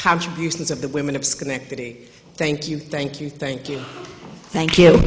contributions of the women of schenectady thank you thank you thank you thank you